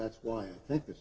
that's why i think th